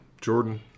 Jordan